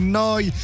noi